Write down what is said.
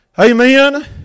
Amen